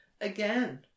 again